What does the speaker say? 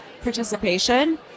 participation